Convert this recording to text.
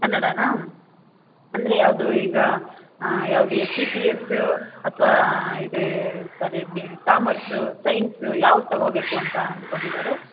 ಕನ್ನಡಾನ ಅಂದರೆ ಯಾವುದು ಈಗ ಯಾವುದು ಎಚ್ ಇ ಪಿ ಎಸ್ಸು ಅಥವಾ ಇದು ಸಾರಿ ಕಾಮರ್ಸು ಸೈನ್ಸು ಯಾವುದು ತೊಗೋಬೇಕು ಅಂತ ಅನ್ಕೊಂಡಿದ್ದಾರೆ